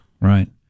Right